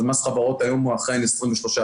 ומס חברות היום הוא אכן 23%,